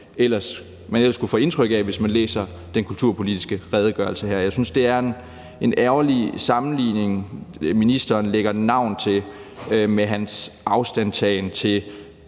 man ellers kunne få indtrykket af, hvis man læser den kulturpolitiske redegørelse her. Jeg synes, det er en ærgerlig sammenligning, ministeren lægger navn til, med hans afstandtagen til